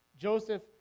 Joseph